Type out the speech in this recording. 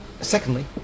secondly